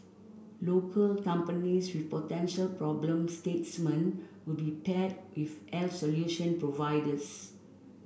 local companies with potential problem statement will be paired with solution providers